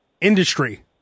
industry